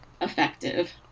effective